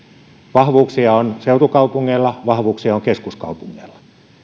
vahvuuksia on seutukaupungeilla vahvuuksia on keskuskaupungeilla